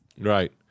Right